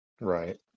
Right